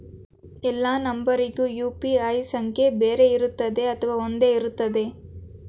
ಎಲ್ಲಾ ನಂಬರಿಗೂ ಯು.ಪಿ.ಐ ಸಂಖ್ಯೆ ಬೇರೆ ಇರುತ್ತದೆ ಅಥವಾ ಒಂದೇ ಇರುತ್ತದೆ?